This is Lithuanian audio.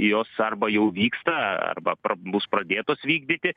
jos arba jau vyksta arba bus pradėtos vykdyti